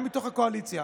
גם מתוך הקואליציה,